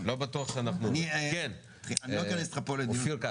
אני רוצה להביע שתי הסתייגויות לפני שאנחנו עוברים לתוך הסעיפים השונים.